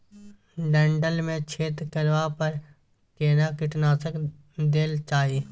डंठल मे छेद करबा पर केना कीटनासक देल जाय?